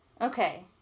Okay